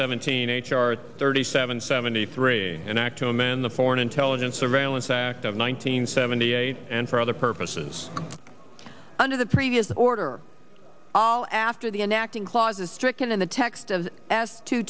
seventeen h r thirty seven seventy three an act to man the foreign intelligence surveillance act of nineteen seventy eight and for other purposes under the previous order all after the enacting clause is stricken in the text